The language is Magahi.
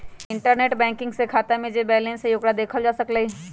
इंटरनेट बैंकिंग से खाता में जे बैलेंस हई ओकरा देखल जा सकलई ह